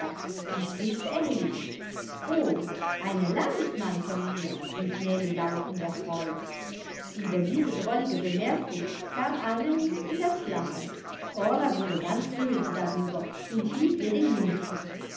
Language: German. sie spricht englisch o eine landsmann von mir rief nellie laut und erfreut ueber diese drollige bemerkung kam annemie in das lachen orla wurde ganz böse darüber und hielt ihr den mund zu